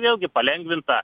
vėlgi palengvinta